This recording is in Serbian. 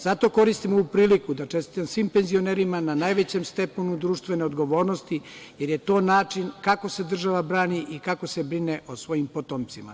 Zato koristim ovu priliku da čestitam svim penzionerima na najvećem stepenu društvene odgovornosti, jer je to način kako se država brani i kako se brine o svojim potomcima.